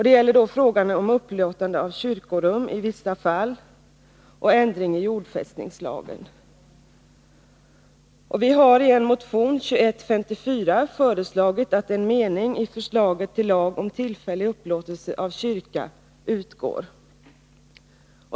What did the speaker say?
Det gäller frågan om upplåtande av kyrkorum i vissa fall och frågan om ändring i jordfästningslagen. Vi har i en motion, 2154, föreslagit att en mening i förslaget till lag om tillfällig upplåtelse av kyrka utgår.